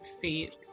feet